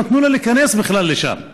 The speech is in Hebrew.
לא נתנו לו להיכנס לשם בכלל.